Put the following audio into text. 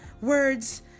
words